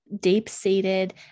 deep-seated